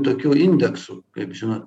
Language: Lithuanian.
tokių indeksų kaip žinot